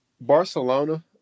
Barcelona